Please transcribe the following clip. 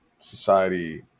society